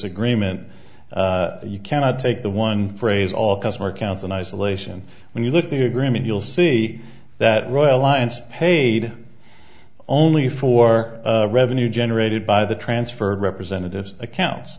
agreement you cannot take the one phrase all customer accounts in isolation when you look at the agreement you'll see that roy alliance paid only for revenue generated by the transfer of representatives accounts